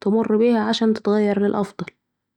تمر بيها علشان تتغير للأفضل